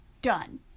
done